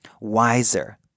wiser